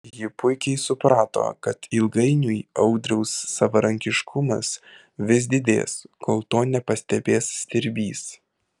ji puikiai suprato kad ilgainiui audriaus savarankiškumas vis didės kol to nepastebės stirbys